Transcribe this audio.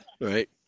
right